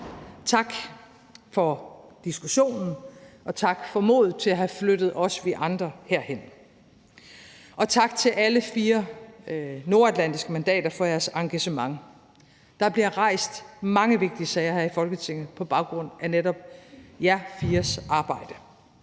Tak for diskussionen, tak for modet til at have flyttet også vi andre herhen, og tak til alle fire nordatlantiske mandater for jeres engagement. Der bliver rejst mange vigtige sager her i Folketinget på baggrund af netop jer fires arbejde.